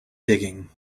digging